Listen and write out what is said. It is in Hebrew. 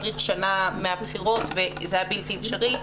צריך שנה מהבחירות וזה היה בלתי אפשרי.